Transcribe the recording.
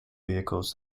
vehicles